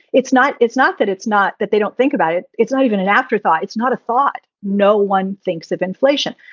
it's not it's not that it's not that they don't think about it. it's not even an afterthought. it's not a thought. no one thinks of inflation.